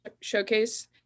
showcase